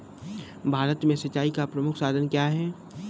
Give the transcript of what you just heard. भारत में सिंचाई का प्रमुख साधन क्या है?